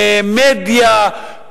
מדיה,